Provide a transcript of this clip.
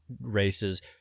races